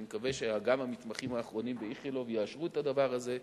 אני מקווה שגם המתמחים האחרונים ב"איכילוב" יאשרו את הדבר הזה.